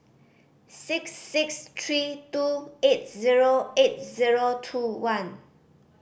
six six three two eight zero eight zero two one